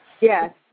Yes